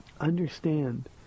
Understand